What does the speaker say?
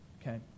Okay